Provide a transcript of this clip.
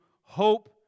hope